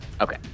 Okay